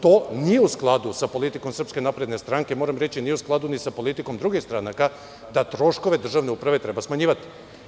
To nije u skladu sa politikom SNS, moram reći ni u skladu sa politikom drugih stranaka da troškove državne uprave treba smanjivati.